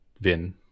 Vin